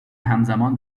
همزمان